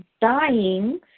dying